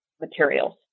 materials